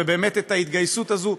ובאמת על ההתגייסות הזאת,